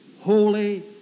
holy